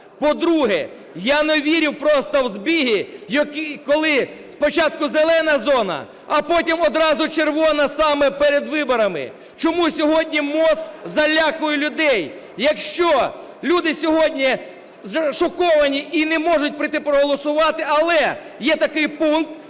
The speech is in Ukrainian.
По-друге, я не вірю просто в збіги, коли спочатку "зелена" зона, а потім одразу "червона", саме перед виборами. Чому сьогодні МОЗ залякує людей? Якщо люди сьогодні шоковані і не можуть прийти і проголосувати, але є такий пункт,